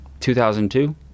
2002